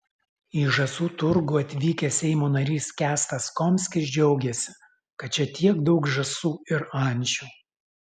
į žąsų turgų atvykęs seimo narys kęstas komskis džiaugėsi kad čia tiek daug žąsų ir ančių